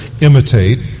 imitate